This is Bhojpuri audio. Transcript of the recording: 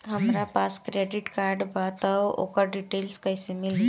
हमरा पास क्रेडिट कार्ड बा त ओकर डिटेल्स कइसे मिली?